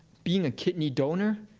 being a kidney donor,